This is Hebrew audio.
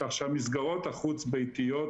כך שהמסגרות החוץ-ביתיות,